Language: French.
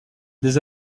des